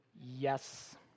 Yes